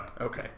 okay